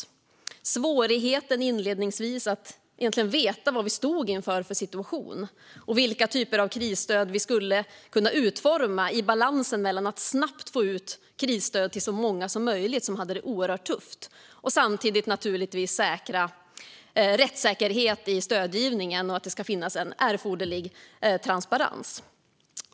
Man pekar på svårigheten inledningsvis att egentligen veta vad det var för situation vi stod inför och vilka typer av krisstöd vi skulle kunna utforma. Det skulle göras i balansen mellan att snabbt få ut krisstöd till så många som möjligt av dem som hade det oerhört tufft och samtidigt säkra rättssäkerheten och den erforderliga transparensen i stödgivningen.